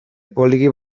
poliki